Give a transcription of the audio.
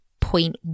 point